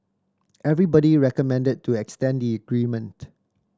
everybody recommended to extend the agreement